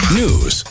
news